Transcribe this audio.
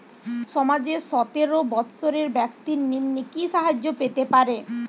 সমাজের সতেরো বৎসরের ব্যাক্তির নিম্নে কি সাহায্য পেতে পারে?